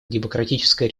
демократической